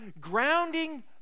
grounding